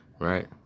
right